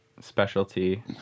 specialty